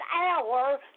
hour